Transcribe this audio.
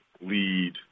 lead